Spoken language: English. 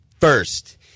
first